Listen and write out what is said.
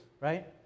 right